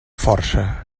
força